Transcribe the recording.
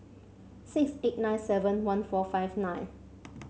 six eight nine seven one four five nine